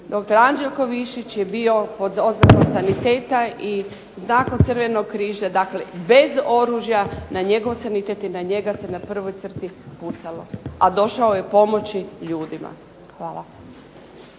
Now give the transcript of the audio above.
dr. Anđelko Višić je bio pod odorom saniteta i znakom Crvenog križa, dakle bez oružja, na njegov sanitet i na njega se na prvoj crti pucalo, a došao je pomoći ljudima. Hvala.